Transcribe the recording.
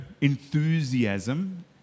enthusiasm